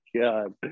god